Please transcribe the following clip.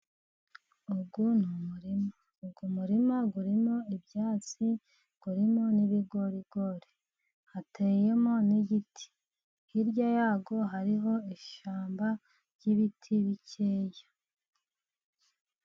Uyu ni umurima, uwo muririma urimo ibyatsi, urimo n'ibigorigori, hateyemo n'igiti, hirya yawo hariho ishyamba ry'ibiti bikeya.